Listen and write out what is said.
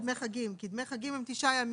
חגים כי דמי חגים הם תשעה ימים.